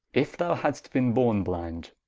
if thou hadst beene borne blinde,